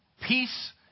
peace